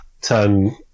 turn